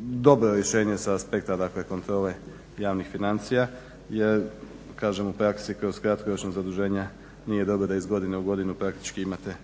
Dobro rješenje sa aspekta, dakle kontrole javnih financija jer kažem u praksi kroz kratkoročno zaduženje nije dobro da iz godine u godinu praktički imate